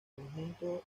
conjunto